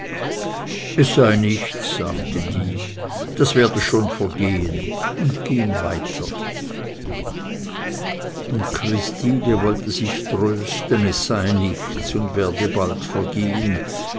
es sei nichts sagte die das werde schon vergehn und ging weiter und christine wollte sich trösten es sei nichts und werde bald vergehn